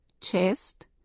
chest